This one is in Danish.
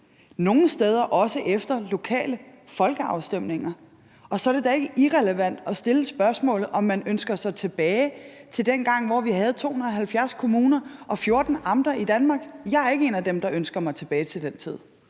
nogle steder også efter lokale folkeafstemninger. Så er det da ikke irrelevant at stille spørgsmålet, om man ønsker sig tilbage til dengang, hvor vi havde 270 kommuner og 14 amter i Danmark. Jeg er ikke en af dem, der ønsker mig tilbage til den tid.